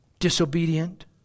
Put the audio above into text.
disobedient